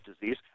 disease